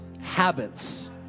habits